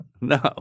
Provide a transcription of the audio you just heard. No